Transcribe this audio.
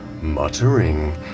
muttering